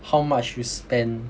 how much you spend